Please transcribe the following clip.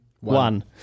One